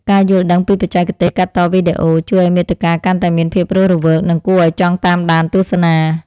ការយល់ដឹងពីបច្ចេកទេសកាត់តវីដេអូ ជួយឱ្យមាតិកាកាន់តែមានភាពរស់រវើកនិងគួរឱ្យចង់តាមដានទស្សនា។